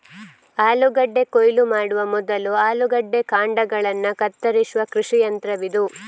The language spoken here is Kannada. ಆಲೂಗೆಡ್ಡೆ ಕೊಯ್ಲು ಮಾಡುವ ಮೊದಲು ಆಲೂಗೆಡ್ಡೆ ಕಾಂಡಗಳನ್ನ ಕತ್ತರಿಸುವ ಕೃಷಿ ಯಂತ್ರವಿದು